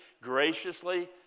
graciously